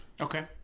Okay